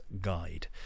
Guide